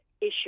issue